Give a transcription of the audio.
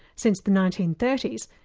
since the nineteen thirty s,